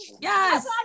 Yes